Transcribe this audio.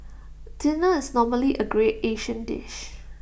dinner is normally A great Asian dish